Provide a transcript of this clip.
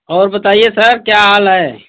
और बताइए सर क्या हाल है